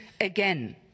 again